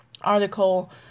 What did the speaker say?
article